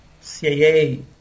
CIA